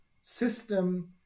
system